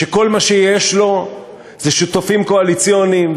שכל מה שיש לו זה שותפים קואליציוניים,